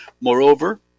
Moreover